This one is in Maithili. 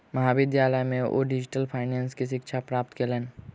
महाविद्यालय में ओ डिजिटल फाइनेंस के शिक्षा प्राप्त कयलैन